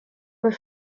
were